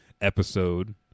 episode